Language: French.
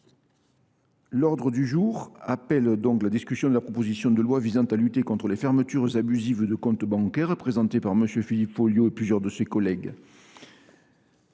demande du groupe Union Centriste, de la proposition de loi visant à lutter contre les fermetures abusives de comptes bancaires, présentée par M. Philippe Folliot et plusieurs de ses collègues